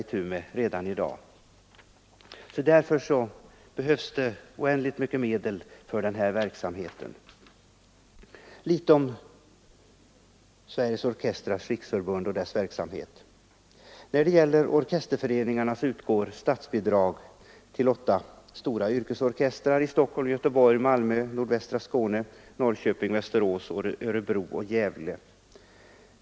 Situationen är likartad i de flesta län. Litet också om Sveriges Orkesterföreningars riksförbund och dess verksamhet! När det gäller orkesterföreningarna utgår statsbidrag till åtta stora yrkesorkestrar i Stockholm, Göteborg, Malmö, nordvästra Skåne, Norrköping, Västerås, Örebro och Gävle.